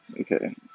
Okay